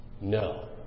No